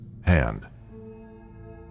hand